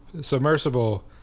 Submersible